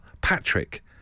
Patrick